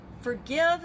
forgive